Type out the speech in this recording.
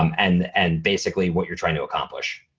um and and basically what you're trying to accomplish.